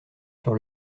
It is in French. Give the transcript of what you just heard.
sur